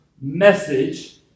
message